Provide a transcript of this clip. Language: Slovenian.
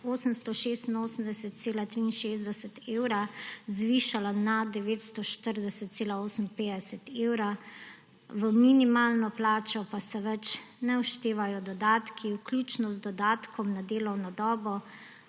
2020 z 886,63 evra zvišala na 940,58 evra, v minimalno plačo pa se ne vštevajo več dodatki, vključno z dodatkom na delovno dobo,